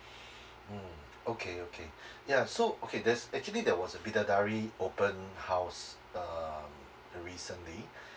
mm okay okay ya so okay that's actually there was a bidadari open house um recently